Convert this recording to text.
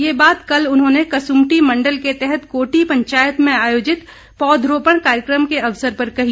ये बात कल उन्होंने कसुम्पटी मण्डल के तहत कोटी पंचायत में आयोजित पौधरोपण कार्यक्रम के अवसर पर कही